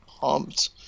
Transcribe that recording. pumped